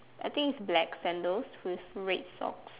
I think it's black sandals with red socks